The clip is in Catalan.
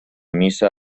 missa